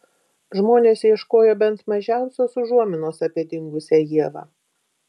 žmonės ieškojo bent mažiausios užuominos apie dingusią ievą